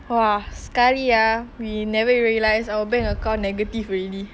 !wah! sekali ah we never realise our bank account negative already